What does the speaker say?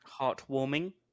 Heartwarming